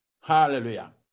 Hallelujah